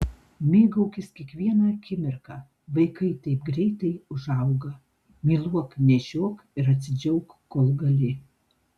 mėgaukis kiekviena akimirka vaikai taip greitai užauga myluok nešiok ir atsidžiauk kol gali